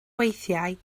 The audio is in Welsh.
weithiau